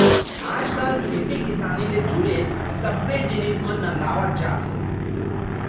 आज काल खेती किसानी ले जुड़े सब्बे जिनिस मन नंदावत जात हें